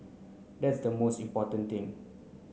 that's the most important thing